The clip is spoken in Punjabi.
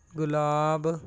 ਗੁਲਾਬ